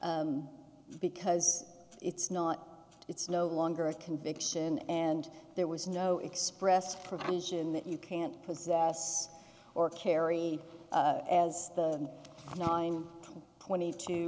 because it's not it's no longer a conviction and there was no express provision that you can't possess or carry as the nine twenty two